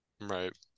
right